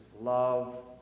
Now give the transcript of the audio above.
love